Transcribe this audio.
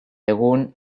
egun